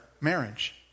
marriage